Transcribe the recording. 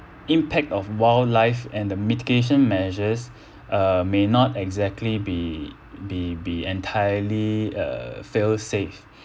impact of wildlife and the mitigation measures uh may not exactly be be be entirely uh fail safe